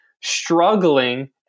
struggling